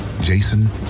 Jason